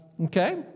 Okay